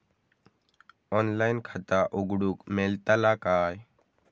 Online खाता उघडूक मेलतला काय?